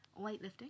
weightlifting